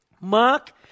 Mark